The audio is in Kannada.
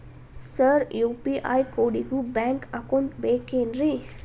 ಸರ್ ಯು.ಪಿ.ಐ ಕೋಡಿಗೂ ಬ್ಯಾಂಕ್ ಅಕೌಂಟ್ ಬೇಕೆನ್ರಿ?